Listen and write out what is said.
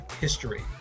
history